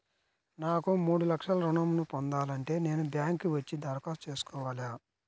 నాకు మూడు లక్షలు ఋణం ను పొందాలంటే నేను బ్యాంక్కి వచ్చి దరఖాస్తు చేసుకోవాలా?